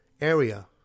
area